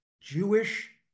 Jewish